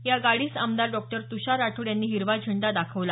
या गाडीस आमदार डॉ तुषार राठोड यांनी हिरवा झेंडा दाखवला